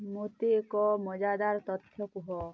ମୋତେ ଏକ ମଜାଦାର ତଥ୍ୟ କୁହ